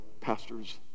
pastors